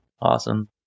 awesome